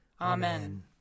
Amen